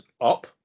up